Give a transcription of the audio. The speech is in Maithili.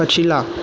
पछिला